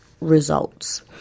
results